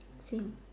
same